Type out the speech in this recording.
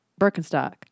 Birkenstock